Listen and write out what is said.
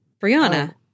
Brianna